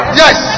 yes